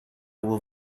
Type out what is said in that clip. will